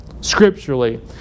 scripturally